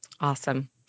Awesome